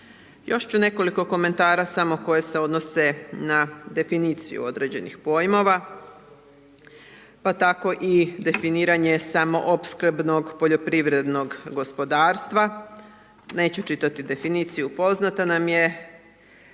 Još ću nekoliko komentara samo koje se odnose na definiciju određenih pojmova, pa tako i definiranje samo opskrbnog poljoprivrednog gospodarstva, neću čitati definiciju, poznata nam je,